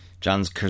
John's